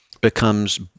becomes